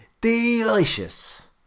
delicious